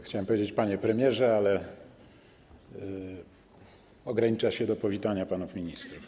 Chciałem powiedzieć: panie premierze, ale ograniczę się do powitania panów ministrów.